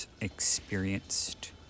experienced